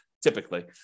typically